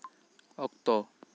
ᱚᱠᱛᱚ